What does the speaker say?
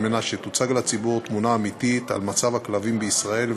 כדי שתוצג לציבור תמונה אמיתית על מצב הכלבים בישראל,